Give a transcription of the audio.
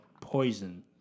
poison